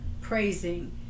praising